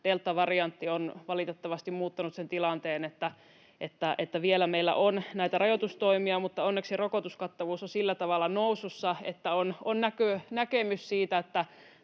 deltavariantti on valitettavasti muuttanut sen tilanteen, että vielä meillä on näitä rajoitustoimia. Onneksi rokotuskattavuus on sillä tavalla nousussa, että on näkemys siitä,